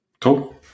Cool